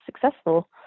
successful